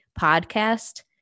podcast